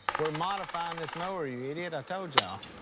we're modifying this mower, you idiot. i told y'all.